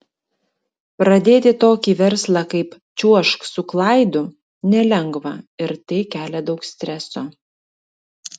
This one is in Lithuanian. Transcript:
pradėti tokį verslą kaip čiuožk su klaidu nelengva ir tai kelia daug streso